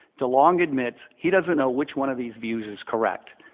delong admits, he doesn't know which one of these views is correct.